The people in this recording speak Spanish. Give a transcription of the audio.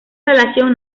relación